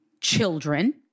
children